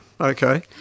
Okay